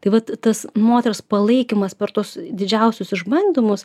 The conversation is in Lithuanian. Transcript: tai vat tas moters palaikymas per tuos didžiausius išbandymus